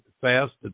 fast